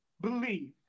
believe